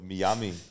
Miami